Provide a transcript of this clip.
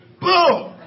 Boom